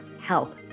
health